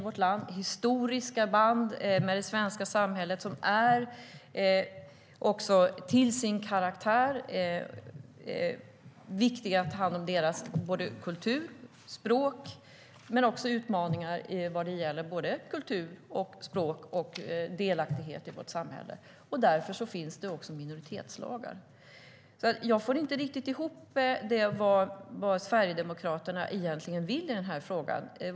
De har historiska band till det svenska samhället. Det är viktigt att ta hand om deras kultur och språk, men det finns också utmaningar när det gäller kultur, språk och delaktighet i vårt samhälle. Därför finns det minoritetslagar. Jag får inte riktigt ihop vad Sverigedemokraterna egentligen vill i frågan.